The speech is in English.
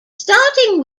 starting